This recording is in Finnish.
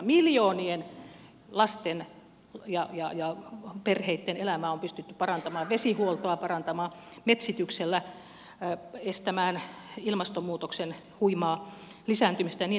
miljoonien lasten ja perheitten elämää on pystytty parantamaan vesihuoltoa parantamaan metsityksellä estämään ilmastonmuutoksen huimaa lisääntymistä ja niin edelleen